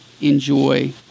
enjoy